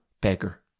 beggar